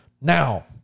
Now